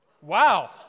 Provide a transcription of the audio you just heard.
Wow